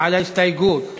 על ההסתייגות (6)